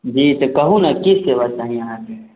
जी तऽ कहू ने की कहब तहन अहाँके